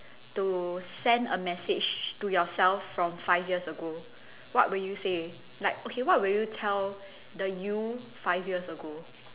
to send a message to yourself from five years ago what will you say like okay what will you tell the you five years ago